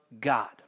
God